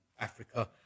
Africa